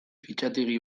fitxategi